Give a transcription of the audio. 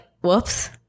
whoops